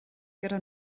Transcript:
gyda